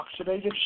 oxidative